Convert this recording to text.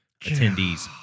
attendees